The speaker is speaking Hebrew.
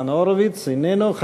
ניצן הורוביץ, איננו.